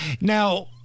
Now